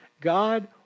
God